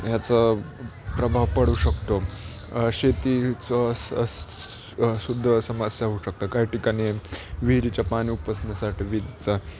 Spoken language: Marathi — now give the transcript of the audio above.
ह्याचा प्रभाव पडू शकतो शेतीचं अस् अस् स् सुद्धा समस्या होऊ शकतात काही ठिकाणी विहिरीच्या पाणी उपसण्यासाठी विहिरीचा